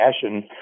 passion